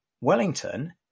Wellington